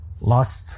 lost